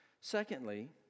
Secondly